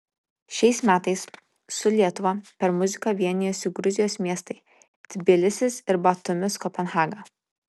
šiais metais su lietuva per muziką vienijosi gruzijos miestai tbilisis ir batumis kopenhaga